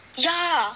yeah